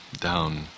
down